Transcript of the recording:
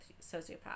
sociopath